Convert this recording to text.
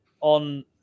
on